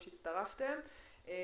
רק לעניין התקנת התקנות --- כן,